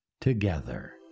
Together